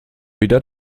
wieder